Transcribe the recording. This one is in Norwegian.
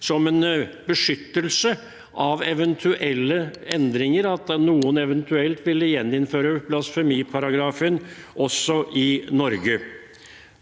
som en beskyttelse mot eventuelle endringer, som at noen eventuelt ville gjeninnføre blasfemiparagrafen også i Norge.